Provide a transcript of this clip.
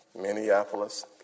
Minneapolis